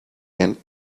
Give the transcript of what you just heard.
and